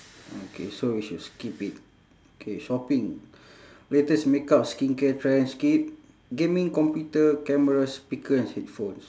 okay so we should skip it okay shopping latest makeup skincare trends skip gaming computer cameras speaker and headphones